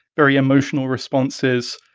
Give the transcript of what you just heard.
very emotional responses,